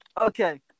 Okay